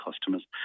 customers